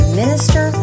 minister